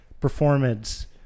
performance